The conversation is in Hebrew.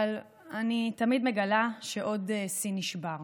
אבל אני תמיד מגלה שעוד שיא נשבר,